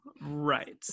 Right